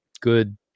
good